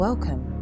Welcome